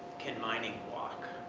can mining walk?